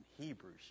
Hebrews